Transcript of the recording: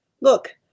Look